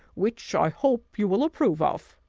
which i hope you will approve of.